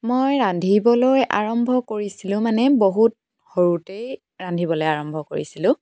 মই ৰান্ধিবলৈ আৰম্ভ কৰিছিলোঁ মানে বহুত সৰুতেই ৰান্ধিবলৈ আৰম্ভ কৰিছিলোঁ